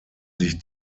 sich